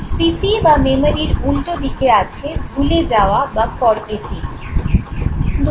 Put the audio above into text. স্মৃতি বা "মেমোরি"র উল্টোদিকে আছে ভুলে যাওয়া বা "ফরগেটিং"